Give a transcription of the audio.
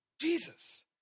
Jesus